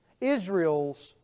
Israel's